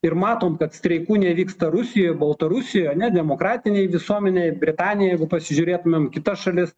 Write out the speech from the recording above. ir matom kad streikų nevyksta rusijoj baltarusijoj ar ne demokratinėj visuomenėj britaniją jeigu pasižiūrėtumėm kitas šalis